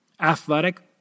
Athletic